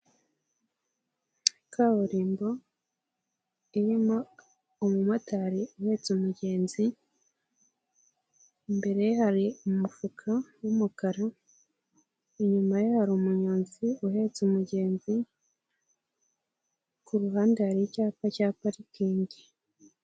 Kaburimboma irimo umumotari uhetse umugenzi, imbere hari umufuka w'umukara, inyuma ye hari umunyonzi uhetse umugenzi, ku ruhande hari icyapa cya parikingi.